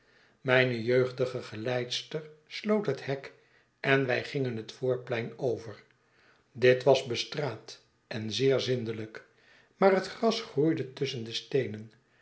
mijne jeugdige geleidster sloot het hek en wij gingen het voorplein over dit was bestraat en zeer zindelijk maar het gra s groeide tusschen de steenen